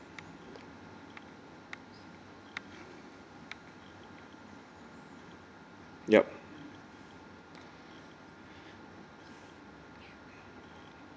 yup